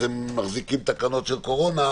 אז הם מחזיקים תקנות של קורונה.